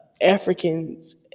Africans